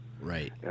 right